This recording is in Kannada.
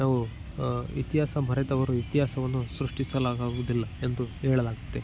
ನಾವು ಇತಿಹಾಸ ಮರೆತವರು ಇತಿಹಾಸವನ್ನು ಸೃಷ್ಟಿಸಲಾಗುವುದಿಲ್ಲ ಎಂದು ಹೇಳಲಾಗ್ತೆ